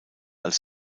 als